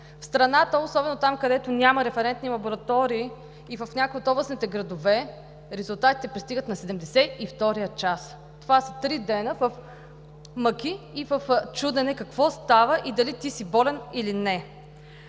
В страната, особено там където няма референтни лаборатории, и в някои от областните градове, резултатите пристигат на седемдесет и втория час. Това са три дни в мъки и чудене какво става, дали си болен или не?